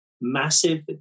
massive